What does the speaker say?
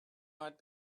might